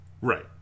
Right